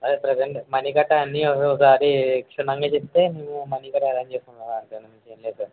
అదే present money కట్టా అన్నీ ఒకసారి క్షుణ్ణంగా చెప్తే మేము మని కట్టా అరేంజ్ చేసుకుంటాం అంతే అంతకుమించి ఏం లేదు సార్